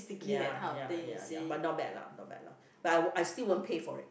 ya ya ya ya but not bad lah not bad lah but I will I still won't pay for it